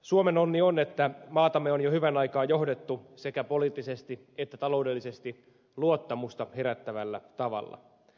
suomen onni on että maatamme on jo hyvän aikaa johdettu sekä poliittisesti että taloudellisesti luottamusta herättävällä tavalla